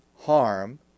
harm